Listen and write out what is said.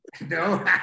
No